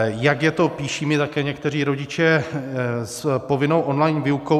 Jak je to píší mi také někteří rodiče s povinnou online výukou?